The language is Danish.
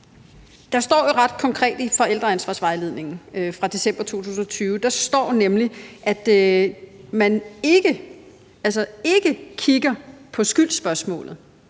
Der står jo ret konkret i forældreansvarsvejledningen fra december 2020, at man ikke – ikke – kigger på skyldsspørgsmålet,